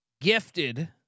gifted